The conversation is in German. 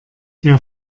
der